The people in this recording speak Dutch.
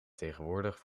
tegenwoordig